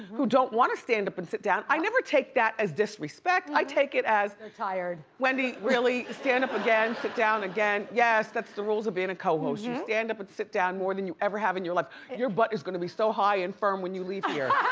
who don't wanna stand up and sit down. i never take that disrespect, i take is as they're tired. wendy, really? stand up again, sit down again? yes, that's the rules of being a co-host. you stand up and sit down more than you ever have in your life. your butt is gonna be so high and firm when you leave here.